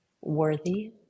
worthy